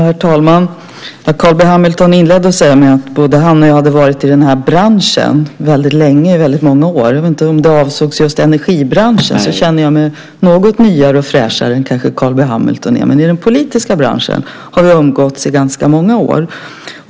Herr talman! Carl B Hamilton inledde med att säga att både han och jag hade varit i den här branschen väldigt länge, i väldigt många år. Jag vet inte om han avsåg just energibranschen. I så fall känner jag mig något nyare och fräschare än Carl B Hamilton kanske är. Men i den politiska branschen har vi umgåtts under ganska många år.